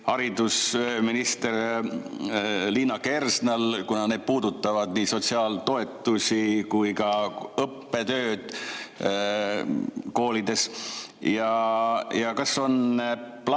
haridusminister Liina Kersnal, kuna see puudutab nii sotsiaaltoetusi kui ka õppetööd koolides? Ja kas on ka